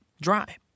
dry